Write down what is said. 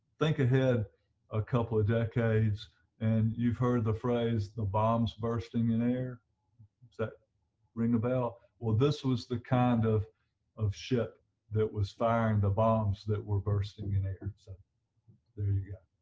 think ahead a couple of decades and you've heard the phrase the bombs bursting in air is that ring a bell well this was the kind of of ship that was firing the bombs that were bursting in here so there you go